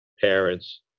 parents